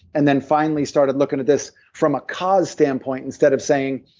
and then finally started looking at this from a cause standpoint instead of saying,